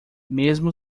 mesmo